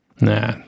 Nah